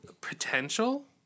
potential